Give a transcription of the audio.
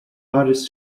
hardest